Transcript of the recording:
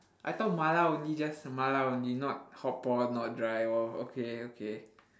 I thought mala only just mala only not hotpot not dry or okay okay